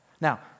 Now